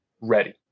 ready